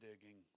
digging